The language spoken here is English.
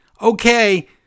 Okay